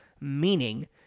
meaning